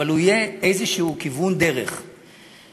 אבל הוא יהיה כיוון דרך כלשהו,